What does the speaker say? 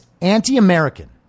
anti-American